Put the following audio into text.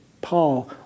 Paul